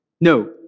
No